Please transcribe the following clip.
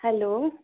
hello